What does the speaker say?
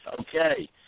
Okay